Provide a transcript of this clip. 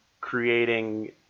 creating